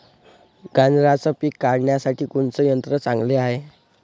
गांजराचं पिके काढासाठी कोनचे यंत्र चांगले हाय?